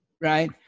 Right